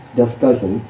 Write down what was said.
discussion